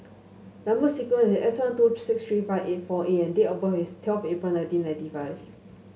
number sequence is S one two six three five eight four A and date of birth is twelve April nineteen ninety five